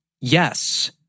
Yes